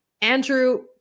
Andrew